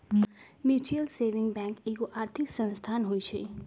mutual saving bank एगो आर्थिक संस्थान होइ छइ